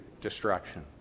destruction